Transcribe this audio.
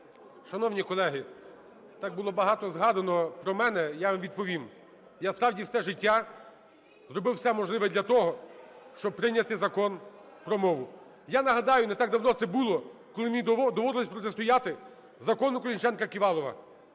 Шановні колеги, так було багато згадано про мене. Я вам відповім. Я, справді, все життя робив все можливе для того, щоб прийняти Закон про мову. Я нагадаю, не так давно це було, коли мені доводилося протистояти Закону Колесніченка-Ківалова.